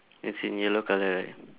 it's in yellow color right